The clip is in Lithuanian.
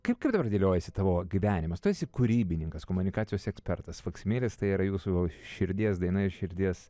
kaip kad dabar dėliojasi tavo gyvenimas tu esi kūrybininkas komunikacijos ekspertas faksimilės tai yra jūsų širdies daina ir širdies